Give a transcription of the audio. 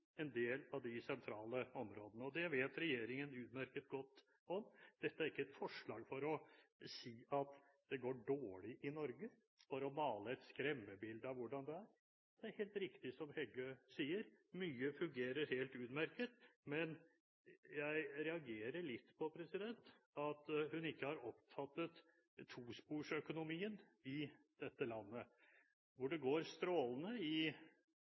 en del av de sentrale områdene, og det vet regjeringen utmerket godt om. Dette er ikke et forslag for å si at det går dårlig i Norge, for å male et skremmebilde av hvordan det er. Det er helt riktig som Heggø sier; mye fungerer helt utmerket. Men jeg reagerer litt på at hun ikke har oppfattet tosporsøkonomien i dette landet, hvor det går strålende i